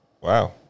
Wow